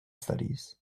studies